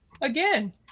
again